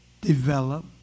develop